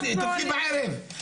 תלכי בערב.